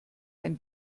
ein